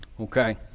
Okay